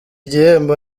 gihembo